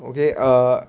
okay err